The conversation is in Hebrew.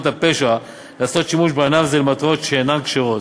הפשע לעשות שימוש בענף זה למטרות שאינן כשרות.